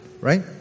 right